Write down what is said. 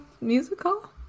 musical